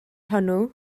hwnnw